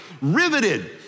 riveted